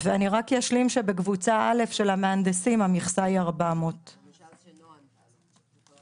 אני רק אשלים שבקבוצה א' של המהנדסים המכסה היא 400. המומחים,